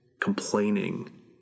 complaining